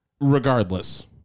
Regardless